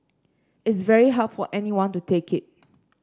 it's very hard for anyone to take it